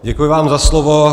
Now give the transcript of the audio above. Děkuji vám za slovo.